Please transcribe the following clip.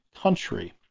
country